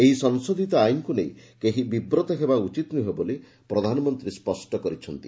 ଏହି ସଂଶୋଧିତ ଆଇନ୍କୁ ନେଇ କେହି ବିବ୍ରତ ହେବା ଉଚିତ ନୁହେଁ ବୋଲି ପ୍ରଧାନମନ୍ତୀ ସ୍କଷ୍ କରିଛନ୍ତି